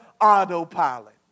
autopilot